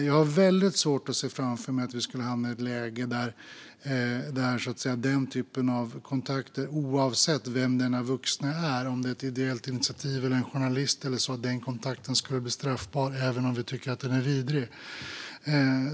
Jag har väldigt svårt att se framför mig att vi skulle hamna i ett läge där en kontakt av denna typ, oavsett vem den vuxne är - en journalist, en representant för ett ideellt initiativ eller någon annan - skulle vara straffbar, även om vi tycker att den är vidrig.